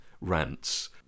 rants